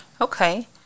Okay